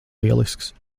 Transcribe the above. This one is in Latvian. lielisks